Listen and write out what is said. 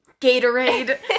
Gatorade